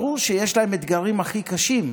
ברור שיש להם אתגרים, הכי קשים,